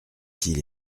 s’il